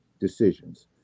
decisions